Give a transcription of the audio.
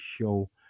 show